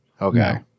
Okay